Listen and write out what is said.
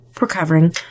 recovering